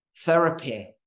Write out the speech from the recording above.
therapy